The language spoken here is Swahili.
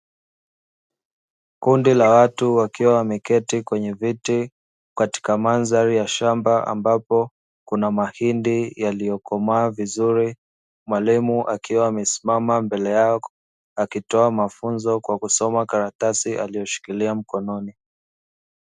Kundi la watu wakiwa wameketi kwenye viti katika mandhari ya shamba ambapo kuna mahindi yaliyokomaa vizuri. Mwalimu akiwa amesimama mbele yao akitoa mafunzo kwa kusoma karatasi aliyoshikiria mkononi.